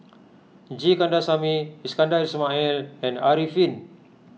G Kandasamy Iskandar Ismail and Arifin